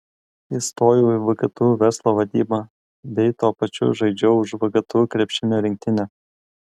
įstojau į vgtu verslo vadybą bei tuo pačiu žaidžiau už vgtu krepšinio rinktinę